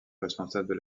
responsable